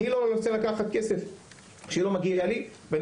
אני לא רוצה לקחת כסף שלא מגיע לי ואני